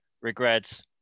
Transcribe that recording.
regrets